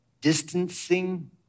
distancing